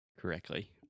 correctly